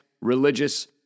religious